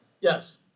Yes